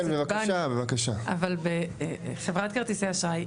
אבל בחברת כרטיסי אשראי,